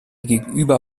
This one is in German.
gegenüber